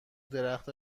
درخت